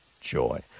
joy